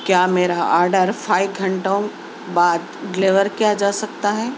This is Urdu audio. کیا میرا آڈر فائو گھنٹوں بعد ڈیلیور کیا جا سکتا ہے